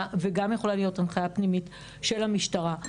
וגם יכולה להיות הנחיה פנימית של המשטרה.